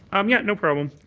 um yeah no problem.